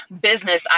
business